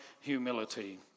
humility